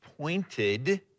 pointed